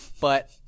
but-